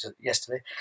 yesterday